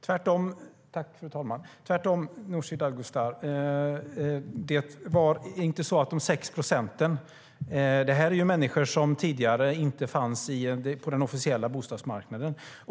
Fru talman! Det är tvärtom, Nooshi Dadgostar. De 6 procenten är människor som tidigare inte fanns på den officiella bostadsmarknaden.